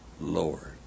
Lord